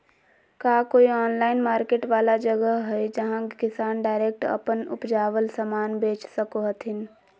का कोई online market वाला जगह हइ जहां किसान डायरेक्ट अप्पन उपजावल समान बेच सको हथीन?